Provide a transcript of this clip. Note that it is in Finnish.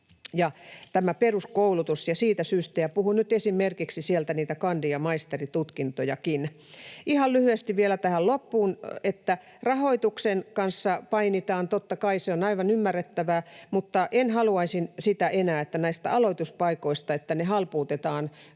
tämä peruskoulutus, ja puhun nyt esimerkiksi myös niistä kandi- ja maisteritutkinnoistakin. Ihan lyhyesti vielä tähän loppuun, että rahoituksen kanssa painitaan, totta kai, se on aivan ymmärrettävää, mutta en haluaisi enää sitä, että näitä aloituspaikkoja halpuutetaan.